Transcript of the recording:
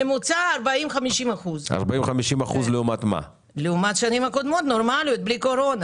ממוצע 40%, 50% לעומת שנים נורמליות קודמות